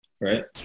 right